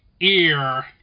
ear